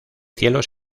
cielo